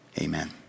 Amen